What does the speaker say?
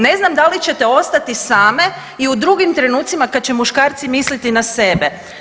Ne znam da li ćete ostati same i u drugim trenutcima kad će muškarci misliti na sebe.